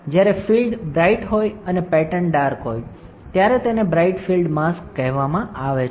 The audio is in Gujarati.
જ્યારે ફીલ્ડ બ્રાઇટ હોય અને પેટર્ન ડાર્ક હોય ત્યારે તેને બ્રાઇટ ફીલ્ડ માસ્ક કહેવામાં આવે છે